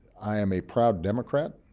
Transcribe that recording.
i am a proud democrat,